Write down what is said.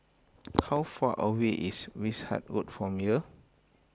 how far away is Wishart Road from here